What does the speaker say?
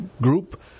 group